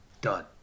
Done